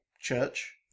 church